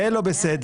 זה לא בסדר.